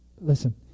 Listen